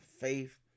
faith